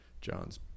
John's